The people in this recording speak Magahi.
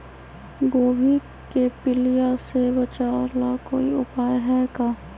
गोभी के पीलिया से बचाव ला कोई उपाय है का?